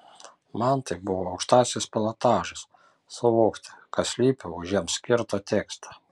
man tai buvo aukštasis pilotažas suvokti kas slypi už jiems skirto teksto